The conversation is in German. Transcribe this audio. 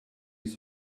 ist